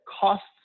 costs